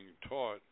taught